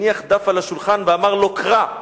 הניח דף על השולחן ואמר לו: קרא,